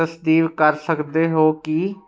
ਤਸਦੀਕ ਕਰ ਸਕਦ ਹੋ ਕੀ